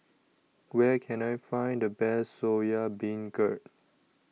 Where Can I Find The Best Soya Beancurd